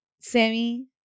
sammy